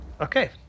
Okay